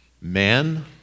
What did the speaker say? Man